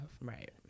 Right